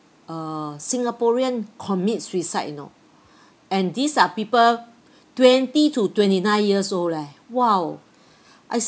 uh singaporean commit suicide you know and these are people twenty to twenty nine years old leh !wow! I